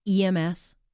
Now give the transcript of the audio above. EMS